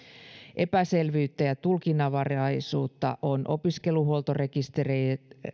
epäselvyyttä ja tulkinnanvaraisuutta on opiskeluhuoltorekistereitten